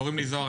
קוראים לי זהר,